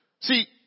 See